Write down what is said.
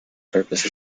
purpose